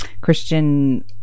Christian